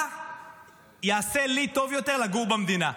מה יעשה לי טוב יותר לגור במדינה?